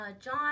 John